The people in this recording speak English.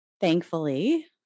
Thankfully